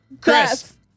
Chris